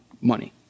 money